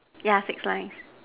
yeah six lines